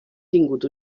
tingut